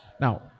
Now